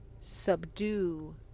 subdue